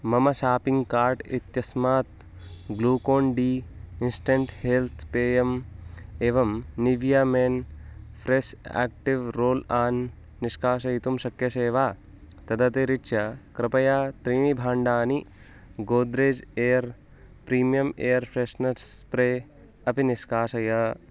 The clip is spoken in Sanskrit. मम शापिङ्ग् कार्ट् इत्यस्मात् ग्लूकोन् डी इन्स्टण्ट् हेल्त् पेयम् एवं Nivea men fresh active roll on निष्कासयितुं शक्यसे वा तदतिरिच्य कृपया त्रीणि भाण्डानि Godrej air premium air freshener spray अपि निष्कासय